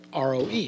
ROE